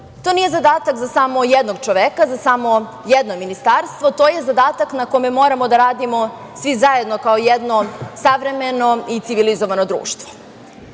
to nije zadatak za samo jednog čoveka, za samo jedno ministarstvo, to je zadatak na kome moramo da radimo svi zajedno kao jedno savremeno i civilizovano društvo. Mladi